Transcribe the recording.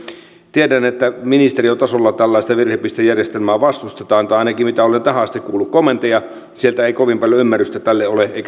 tiedän että ministeriötasolla tällaista virhepistejärjestelmää vastustetaan tai ainakin mitä olen tähän asti kuullut kommentteja sieltä ei kovin paljon ymmärrystä tälle ole